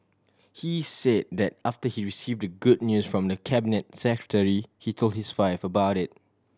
he said that after he receive the good news from the Cabinet Secretary he told his for about it